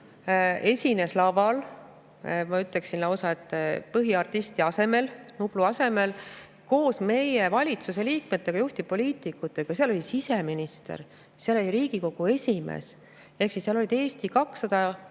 esines laval, ma ütleksin lausa, et põhiartisti asemel, Nublu asemel koos meie valitsuse liikmetega, juhtivpoliitikutega. Seal oli siseminister, seal oli Riigikogu esimees. Seal olid Eesti 200